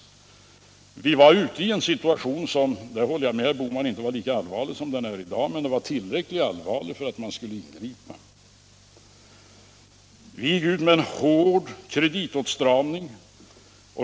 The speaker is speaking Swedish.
Vi hade då en situation som inte var lika allvarlig som den vi har i dag — det håller jag med herr Bohman om — men den var tillräckligt allvarlig för att man skulle ingripa. Vi gick ut med en hård kreditåtstramning.